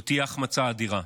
זו תהיה החמצה אדירה.